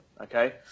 okay